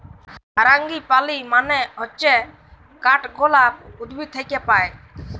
ফারাঙ্গিপালি মানে হচ্যে কাঠগলাপ উদ্ভিদ থাক্যে পায়